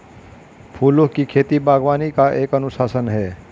फूलों की खेती, बागवानी का एक अनुशासन है